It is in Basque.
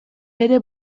bere